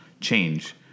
change